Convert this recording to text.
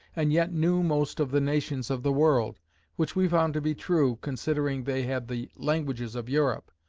and yet knew most of the nations of the world which we found to be true, considering they had the languages of europe,